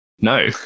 no